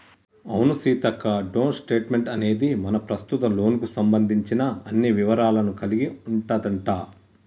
అవును సీతక్క డోంట్ స్టేట్మెంట్ అనేది మన ప్రస్తుత లోన్ కు సంబంధించిన అన్ని వివరాలను కలిగి ఉంటదంట